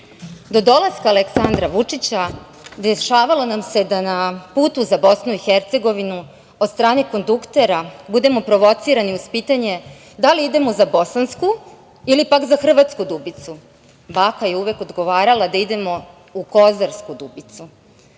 dolaska Aleksandra Vučića dešavalo nam se da na putu za BiH od strane konduktera budemo provociranu uz pitanje da li idemo za bosansku ili pak za hrvatsku Dubicu? Baka je uvek odgovarala da idemo u Kozarsku Dubicu.